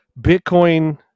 bitcoin